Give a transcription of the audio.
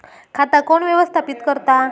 खाता कोण व्यवस्थापित करता?